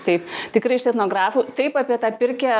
taip tikrai iš etnografų taip apie tą pirkią